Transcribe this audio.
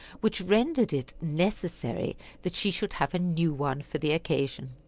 which rendered it necessary that she should have a new one for the occasion.